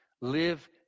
Live